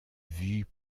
vie